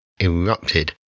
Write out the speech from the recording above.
erupted